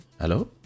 hello